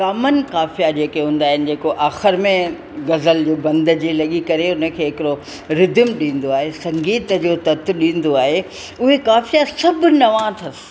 कामन काफ़िया जेके हूंदा आहिनि जेको आख़िरि में ग़ज़ल बंद जे लॻी करे उन खे हिकिड़ो रिद्दिम ॾींदो आहे संगीत जो ततु ॾींदो आहे उहे काफ़िया सभु नवां अथसि